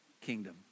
kingdom